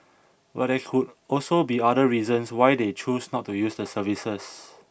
but there could also be other reasons why they choose not to use the services